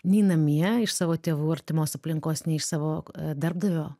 nei namie iš savo tėvų artimos aplinkos nei iš savo darbdavio